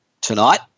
tonight